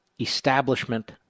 establishment